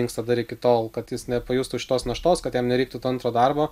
inkstą dar iki tol kad jis nepajustų šitos naštos kad jam nereiktų to antro darbo